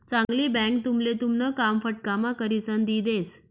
चांगली बँक तुमले तुमन काम फटकाम्हा करिसन दी देस